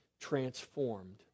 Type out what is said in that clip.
transformed